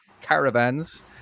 caravans